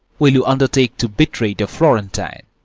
will you undertake to betray the florentine?